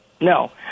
No